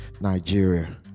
Nigeria